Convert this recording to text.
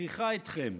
מגחיך אתכם.